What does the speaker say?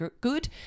good